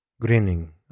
grinning